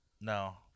No